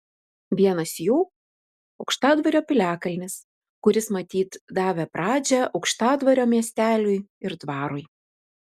vienas jų aukštadvario piliakalnis kuris matyt davė pradžią aukštadvario miesteliui ir dvarui